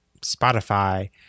Spotify